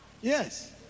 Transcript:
yes